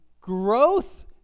Growth